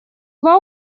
два